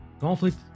Conflict